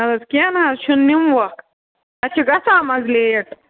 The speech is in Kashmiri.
اَدٕ حظ کیٚنٛہہ نہٕ حظ چھُنہٕ نِمہوکھ اَسہِ چھُ گَژھان منٛزٕ لیٹ